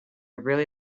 really